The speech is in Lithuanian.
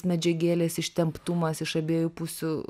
medžiagėlės ištemptumas iš abiejų pusių